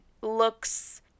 looks